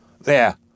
There